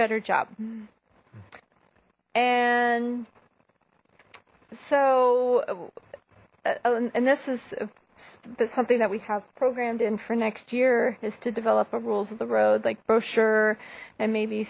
better job and so and this is that's something that we have programmed in for next year is to develop a rules of the road like brochure and maybe